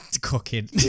cooking